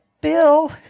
Bill